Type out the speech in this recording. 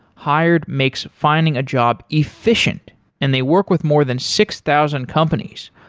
hired makes finding a job efficient and they work with more than six thousand companies.